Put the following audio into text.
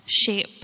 shape